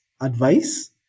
advice